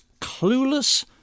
clueless